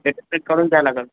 करून द्या लागेल